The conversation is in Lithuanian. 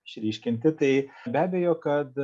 išryškinti tai be abejo kad